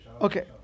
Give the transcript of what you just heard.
Okay